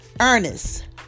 Ernest